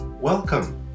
Welcome